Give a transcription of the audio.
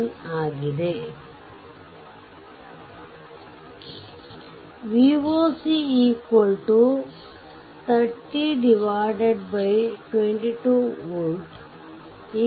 ಆಗಿದೆ ಆದ್ದರಿಂದ Voc3022volt1